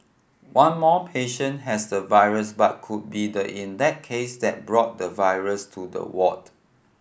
one more patient has the virus but could be the index case that brought the virus to the ward